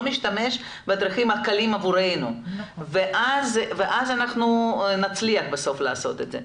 משתמש בדרכים הקלות עבורנו ואז בסוף נצליח לעשות את זה.